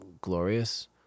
glorious